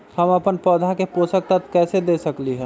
हम अपन पौधा के पोषक तत्व कैसे दे सकली ह?